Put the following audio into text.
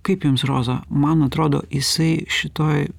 kaip jums roza man atrodo jisai šitoj